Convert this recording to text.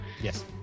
yes